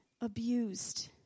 abused